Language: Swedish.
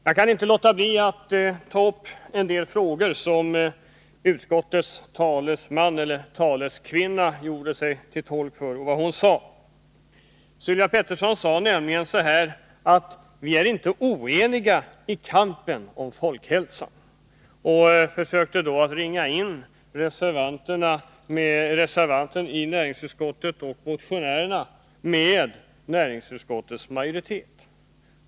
Jag kan ändå inte underlåta att beröra en del av de frågor som utskottets talesman uttalade sig om. Sylvia Pettersson sade att vi är eniga i kampen för folkhälsan, och hon försökte på det sättet ”sammanföra” reservanten i näringsutskottet och motionärerna med näringsutskottets majoritet.